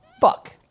Fuck